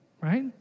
right